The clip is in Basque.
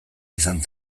izan